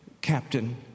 captain